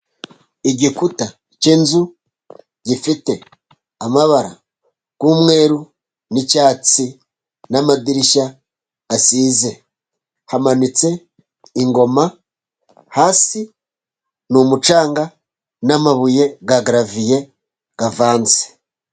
Igikuta cy'inzu gifite amabara y'umweru n'icyatsi, n'amadirishya asize. Hamanitse ingoma, hasi ni umucanga, n'amabuye ya galaviye avanze.